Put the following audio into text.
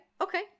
okay